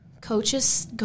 coaches